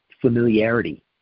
familiarity